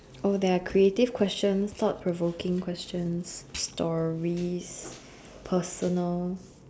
oh they are creative questions thought provoking questions stories personal